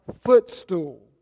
footstool